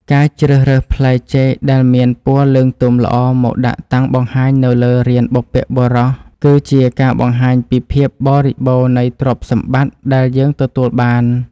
ការជ្រើសរើសផ្លែចេកដែលមានពណ៌លឿងទុំល្អមកដាក់តាំងបង្ហាញនៅលើរានបុព្វបុរស គឺជាការបង្ហាញពីភាពបរិបូរណ៍នៃទ្រព្យសម្បត្តិដែលយើងទទួលបាន។